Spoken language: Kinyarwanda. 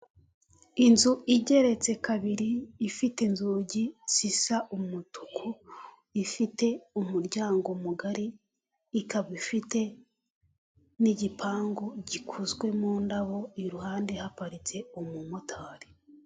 Inzu igeretse kabiri ifite inzugi zisa umutuku ifite umuryango mugari ikaba ifite n'igipangu gikozwe mu ndabo iruhande haparitse umumotari.